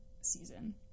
season